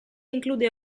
include